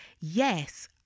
Yes